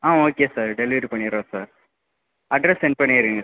ஆ okay sir delivery பண்ணிவிடுறோம் sir address sent பண்ணிட்றீங்க